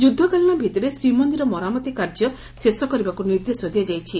ଯୁଦ୍ଧକାଳୀନ ଭିତ୍ତିରେ ଶ୍ରୀମନ୍ଦିର ମରାମତି କାର୍ଯ୍ୟ ଶେଷ କରିବାକୁ ନିର୍ଦ୍ଦେଶ ଦିଆଯାଇଛି